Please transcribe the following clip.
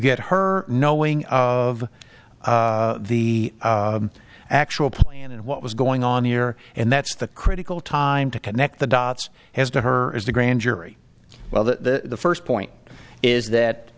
get her knowing of the actual plan and what was going on here and that's the critical time to connect the dots has to her as the grand jury well the first point is that